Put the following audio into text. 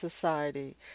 society